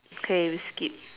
okay we skip